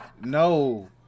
no